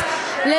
מה